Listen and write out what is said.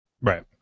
Right